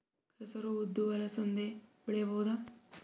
ಹೆಸರು ಉದ್ದು ಅಲಸಂದೆ ಬೆಳೆಯಬಹುದಾ?